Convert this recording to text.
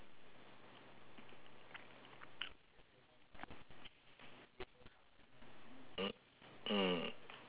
mm